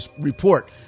report